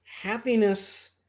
happiness